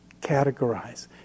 categorize